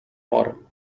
bottom